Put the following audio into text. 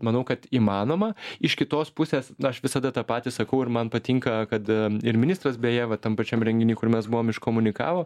manau kad įmanoma iš kitos pusės na aš visada tą patį sakau ir man patinka kad ir ministras beje vat tam pačiam renginy kur mes buvom iškomunikavo